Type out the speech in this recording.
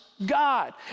God